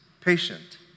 patient